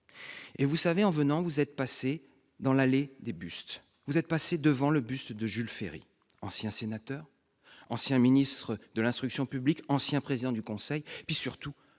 négative. En venant, vous êtes passé, dans la galerie des bustes, devant le buste de Jules Ferry, ancien sénateur, ancien ministre de l'instruction publique, ancien président du Conseil, et surtout,